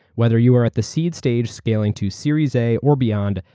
whether you are at the seed stage scaling to series a or beyond,